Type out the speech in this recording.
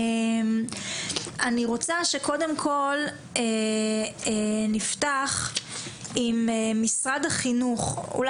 אני רוצה שקודם כל נפתח עם משרד החינוך,